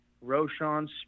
Roshan